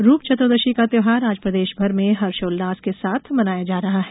रूप चतुर्दशी का त्यौहार आज प्रदेशभर में हर्षोल्लास के साथ मनाया जा रहा है